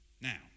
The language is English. Now